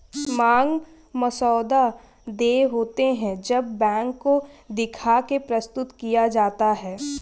मांग मसौदा देय होते हैं जब बैंक को दिखा के प्रस्तुत किया जाता है